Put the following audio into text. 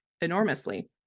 enormously